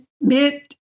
mid